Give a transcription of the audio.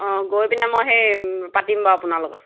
অঁ গৈ পিনে মই সেই পাতিম বাৰু আপোনাৰ লগত